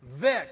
Vic